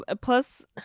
Plus